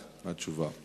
זה והוא עושה את הכול